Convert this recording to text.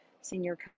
senior